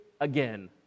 again